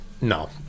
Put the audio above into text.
no